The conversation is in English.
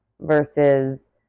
versus